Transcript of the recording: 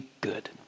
good